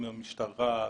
מי שמוציא אותו זו רשות שוק